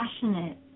passionate